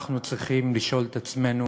אנחנו צריכים לשאול את עצמנו